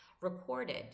recorded